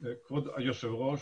כבוד היושב ראש,